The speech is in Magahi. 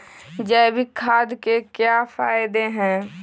जैविक खाद के क्या क्या फायदे हैं?